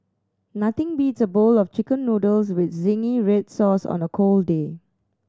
nothing beats a bowl of Chicken Noodles with zingy red sauce on a cold day